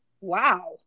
Wow